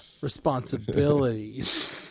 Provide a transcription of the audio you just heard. responsibilities